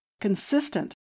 consistent